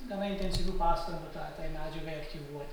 gana intensyvių pastangų tą tai medžiagai aktyvuoti